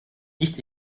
nicht